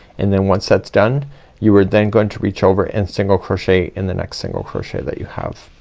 and then once that's done you are then going to reach over and single crochet in the next single crochet that you have.